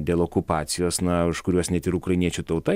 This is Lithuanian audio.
dėl okupacijos na už kuriuos net ir ukrainiečių tauta